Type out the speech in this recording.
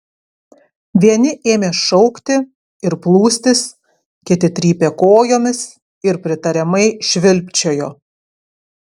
vieni ėmė šaukti ir plūstis kiti trypė kojomis ir pritariamai švilpčiojo